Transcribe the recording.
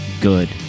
good